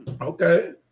Okay